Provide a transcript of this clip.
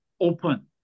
open